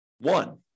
One